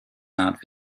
not